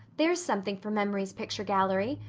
there's something for memory's picture gallery.